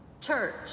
Church